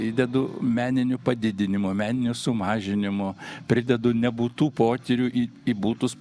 įdedu meninių padidinimų meninių sumažinimų pridedu nebūtų potyrių į į būtūs